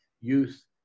youth